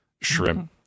shrimp